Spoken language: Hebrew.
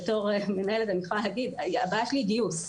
בתור מנהלת אני יכולה להגיד, הבעיה שלי היא גיוס.